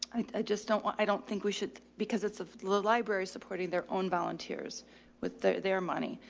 i, i just don't want, i don't think we should because it's a little library supporting their own volunteers with their their money,